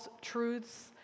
truths